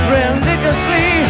religiously